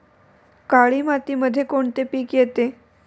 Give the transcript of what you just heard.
काळी मातीमध्ये कोणते पिके येते?